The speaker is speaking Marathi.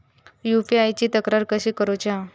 यू.पी.आय ची तक्रार कशी करुची हा?